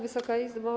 Wysoka Izbo!